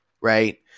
right